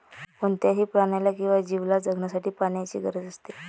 कोणत्याही प्राण्याला किंवा जीवला जगण्यासाठी पाण्याची गरज असते